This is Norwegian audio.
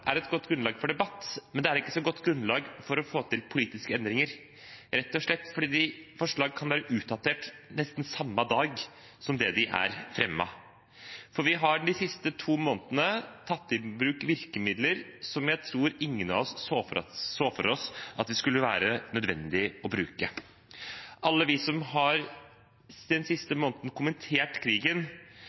er et godt grunnlag for debatt, men det er ikke et så godt grunnlag for å få til politiske endringer – rett og slett fordi forslag kan være utdaterte nesten samme dag som de er fremmet. Vi har de siste to månedene tatt i bruk virkemidler som jeg tror ingen av oss så for oss at det skulle være nødvendig å bruke. Alle vi som har kommentert krigen den siste måneden,